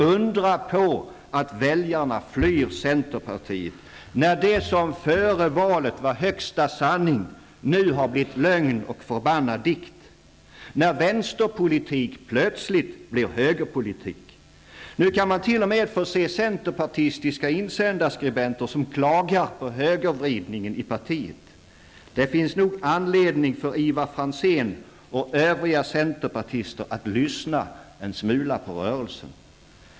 Undra på att välja flyr centerpartiet, när det som före valet var högsta sanning nu har blivit lögn och förbannad dikt, när vänsterpolitik plötsligt blir högerpolitik. Nu kan man t.o.m. få se att centerpartistiska insändarskribenter klagar på högervridningen i partiet. Det finns nog anledning för Ivar Franzén och övriga centerpartister att lyssna en smula på rörelsen.